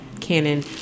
canon